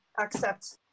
accept